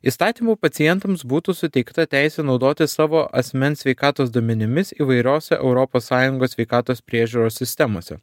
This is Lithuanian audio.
įstatymų pacientams būtų suteikta teisė naudotis savo asmens sveikatos duomenimis įvairiose europos sąjungos sveikatos priežiūros sistemose